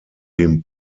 dem